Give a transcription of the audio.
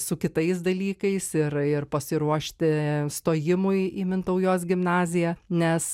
su kitais dalykais ir ir pasiruošti stojimui į mintaujos gimnaziją nes